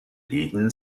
eaten